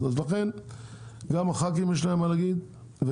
ולכן גם לח"כים יש להם מה להגיד,